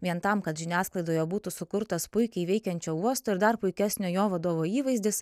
vien tam kad žiniasklaidoje būtų sukurtas puikiai veikiančio uosto ir dar puikesnio jo vadovo įvaizdis